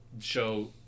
show